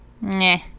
Nah